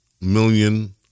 million